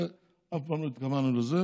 אף פעם לא התכוונו לזה,